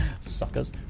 Suckers